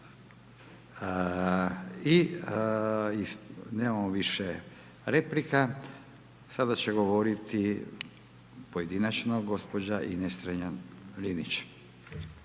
I nemamo više replika, sada će govoriti pojedinačno gospođa Ines Strenja Linić.